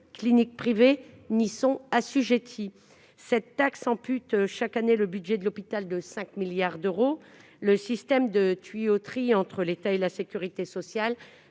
cliniques privées n'y sont assujettis. Cette taxe ampute chaque année le budget de l'hôpital de 5 milliards d'euros. Le système de tuyauterie entre l'État et la sécurité sociale